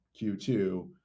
Q2